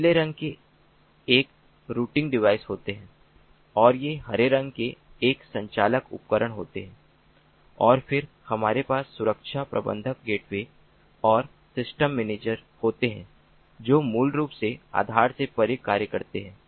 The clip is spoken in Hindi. नीले रंग के एक रूटिंग डिवाइस होते हैं और ये हरे रंग के एक संचालक उपकरण होते हैं और फिर हमारे पास सुरक्षा प्रबंधक गेटवे और सिस्टम मैनेजर होते हैं जो मूल रूप से आधार से परे कार्य करते हैं